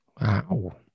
Wow